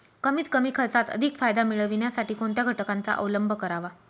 कमीत कमी खर्चात अधिक फायदा मिळविण्यासाठी कोणत्या घटकांचा अवलंब करावा?